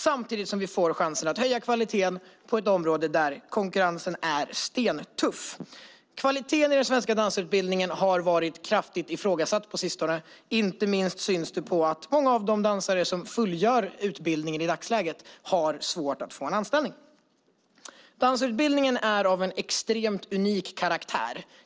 Samtidigt får vi chansen att höja kvaliteten på ett område där konkurrensen är stentuff. Kvaliteten i den svenska dansarutbildningen har varit kraftigt ifrågasatt på sistone. Inte minst syns det på att många av de dansare som fullgör utbildningen i dagsläget har svårt att få en anställning. Dansarutbildningen är av en extremt unik karaktär.